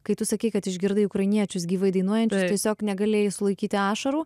kai tu sakei kad išgirdai ukrainiečius gyvai dainuojant tiesiog negalėjai sulaikyti ašarų